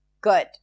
Good